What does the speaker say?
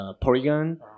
Polygon